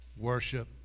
worship